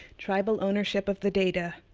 tribal ownership of the data,